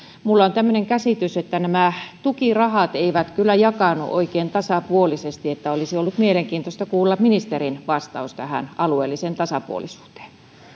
minulla on tämmöinen käsitys että nämä tukirahat eivät kyllä jakaannu oikein tasapuolisesti ja olisi ollut mielenkiintoista kuulla ministerin vastaus alueelliseen tasapuolisuuteen